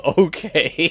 okay